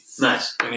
Nice